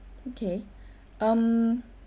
okay um as my